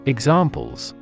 Examples